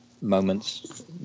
moments